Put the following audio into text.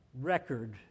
record